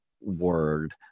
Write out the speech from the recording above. word